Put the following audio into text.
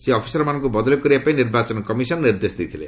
ସେହି ଅଫିସର ମାନଙ୍କୁ ବଦଳି କରିବା ପାଇଁ ନିର୍ବାଚନ କମିଶନ ନିର୍ଦ୍ଦେଶ ଦେଇଥିଲା